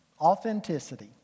authenticity